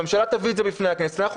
שהממשלה תביא את זה בפני הכנסת ואנחנו